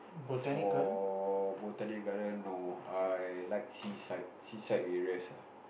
for Botanic Garden no I like seaside seaside areas ah